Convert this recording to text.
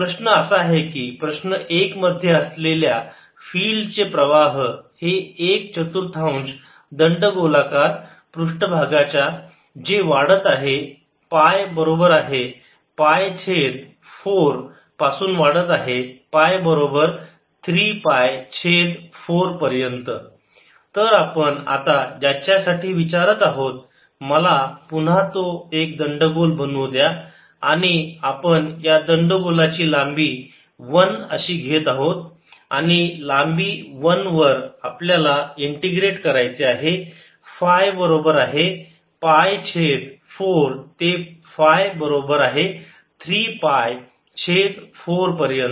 dS2Rcos2ϕ3Rsin2RdϕdzR22ϕ3ϕdϕdzR22ϕdϕdz प्रश्न क्रमांक दोन साठी उत्तर प्रश्न असा आहे की प्रश्न 1 मध्ये असलेल्या फिल्ड चे प्रवाह हे एक चतुर्थांश दंडगोलाकार पृष्ठभागाच्या जे वाढत आहे पाय बरोबर पाय छेद 4 पासून वाढत आहे पाय बरोबर 3 पाय छेद 4 पर्यंत तर आपण आता ज्याच्यासाठी विचारत आहोत मला पुन्हा एकदा हे दंडगोल बनवू द्या आणि आपण या दंडगोल ची लांबी 1 अशी घेत आहोत आणि या लांबी 1 वर आपल्याला इंटिग्रेट करायचे आहे फाय बरोबर आहे पाय छेद 4 ते फाय बरोबर आहे 3 पाय छेद 4 पर्यंत